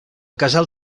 casal